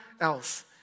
else